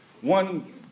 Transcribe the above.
one